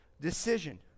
decision